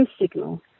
signal